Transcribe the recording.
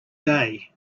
day